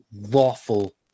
lawful